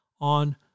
on